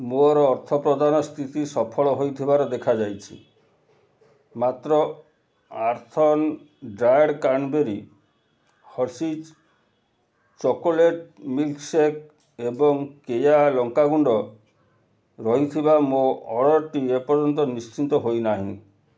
ମୋର ଅର୍ଥପ୍ରଦାନ ସ୍ଥିତି ସଫଳ ହୋଇଥିବାର ଦେଖାଯାଇଛି ମାତ୍ର ଆର୍ଥ୍ଅନ୍ dried cranberry Hershey's chocolate milkshake ଏବଂ କେୟା ଲଙ୍କା ଗୁଣ୍ଡ ରହିଥିବା ମୋ ଅର୍ଡ଼ର୍ଟି ଏପର୍ଯ୍ୟନ୍ତ ନିଶ୍ଚିତ ହୋଇନାହିଁ